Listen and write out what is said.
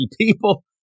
people